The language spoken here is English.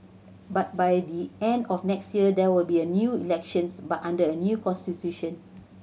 but by the end of next year there will be a new elections but under a new constitution